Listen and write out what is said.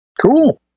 Cool